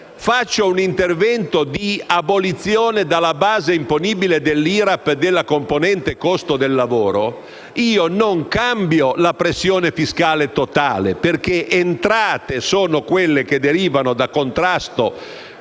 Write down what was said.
faccio un intervento di abolizione dalla base imponibile dell'IRAP della componente "costo del lavoro", non cambio la pressione fiscale totale, perché entrate sono quelle che derivano dal contrasto